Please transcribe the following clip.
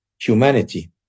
humanity